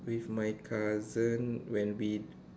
with my cousin when we